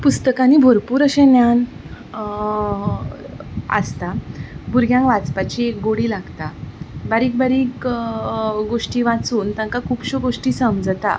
पुस्तकांनी भरपूर अशें ज्ञान आसता भुरग्यांक वाचपाची एक गोडी लागता बारीक बारीक गोष्टी वाचून तांकां खुबश्यो गोष्टी समजता